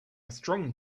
strong